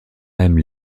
même